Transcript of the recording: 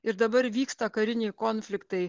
ir dabar vyksta kariniai konfliktai